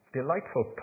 delightful